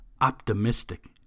Optimistic